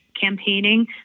campaigning